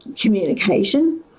communication